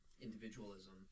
individualism